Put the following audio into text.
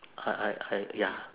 I I I ya